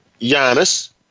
Giannis